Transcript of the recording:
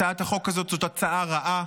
הצעת החוק הזאת היא הצעה רעה,